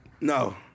No